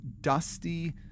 dusty